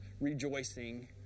rejoicing